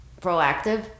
proactive